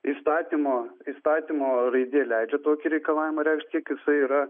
įstatymo įstatymo raidė leidžia tokį reikalavimą reikšti kiek jisai yra